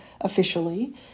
officially